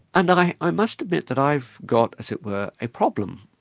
and i i must admit that i've got, as it were, a problem,